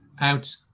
out